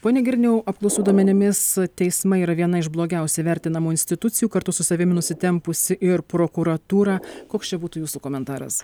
pone girniau apklausų duomenimis teismai yra viena iš blogiausiai vertinamų institucijų kartu su savim nusitempusi ir prokuratūrą koks čia būtų jūsų komentaras